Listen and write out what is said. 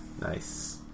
Nice